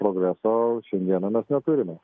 progreso šiandieną mes neturime